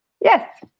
Yes